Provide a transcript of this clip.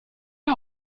der